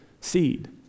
seed